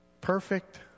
Perfect